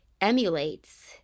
emulates